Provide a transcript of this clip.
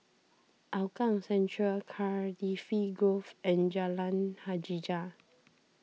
Hougang Central Cardifi Grove and Jalan Hajijah